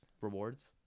Rewards